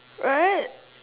right